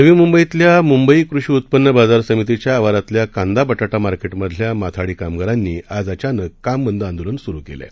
नवी मुंबईतल्या मुंबई कृषी उत्पन्न बाजार समितीच्या आवारातल्या कांदा बटाटा मार्केटमधल्या माथाडी कामगारांनी आज अचानक काम बंद आंदोलन सुरू केलं आहे